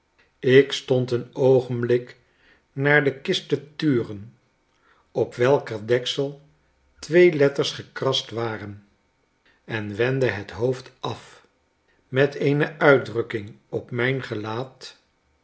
ik stond een oogenblik naar de kist te turen op welker deksel twee letters gekrast waren en wendde het hoofd af met eene uitdrukking op mijn gelaat